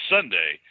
Sunday